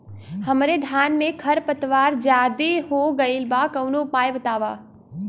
हमरे धान में खर पतवार ज्यादे हो गइल बा कवनो उपाय बतावा?